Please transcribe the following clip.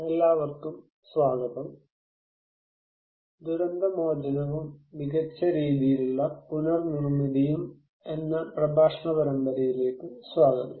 എല്ലാവർക്കും സ്വാഗതം ദുരന്ത മോചനവും മികച്ച രീതിയിലുള്ള പുനർ നിർമ്മിതിയും എന്ന പ്രഭാഷണ പരമ്പരയിലേക്ക് സ്വാഗതം